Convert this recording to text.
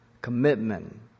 commitment